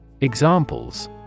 Examples